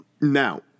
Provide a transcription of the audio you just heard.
Now